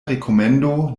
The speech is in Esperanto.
rekomendo